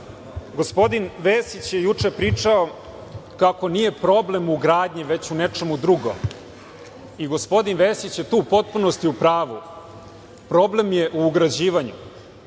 Vesić je juče pričao kako nije problem u gradnji, već u nečem drugom i gospodin Vesić je tu u potpunosti u pravu. Problem je u ugrađivanju.